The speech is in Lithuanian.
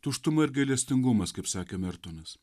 tuštuma ir gailestingumas kaip sakė mertonas